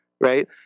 right